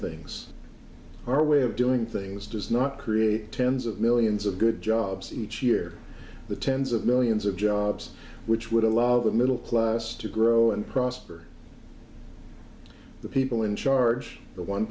things our way of doing things does not create tens of millions of good jobs each year the tens of millions of jobs which would allow the middle class to grow and prosper the people in charge the one